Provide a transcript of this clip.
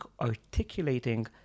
articulating